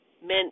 meant